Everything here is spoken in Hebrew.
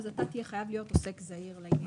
אז אתה תהיה חייב להיות עוסק זעיר במס הכנסה.